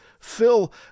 Phil